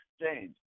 Exchange